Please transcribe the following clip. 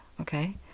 okay